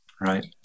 Right